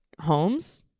homes